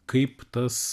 kaip tas